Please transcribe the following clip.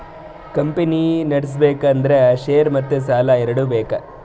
company ನಡುಸ್ಬೆಕ್ ಅಂದುರ್ share ಮತ್ತ ಸಾಲಾ ಎರಡು ಬೇಕ್